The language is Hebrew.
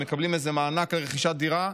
הם מקבלים איזה מענק לרכישת דירה,